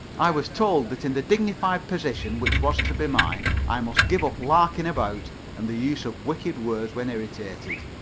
i was told that in the dignified position which was to be mine i must give up larking about and the use of wicked words when irritated.